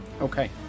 Okay